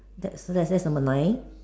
that's that's number nine